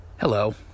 Hello